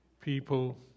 people